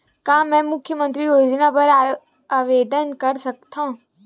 का मैं मुख्यमंतरी योजना बर आवेदन कर सकथव?